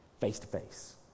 face-to-face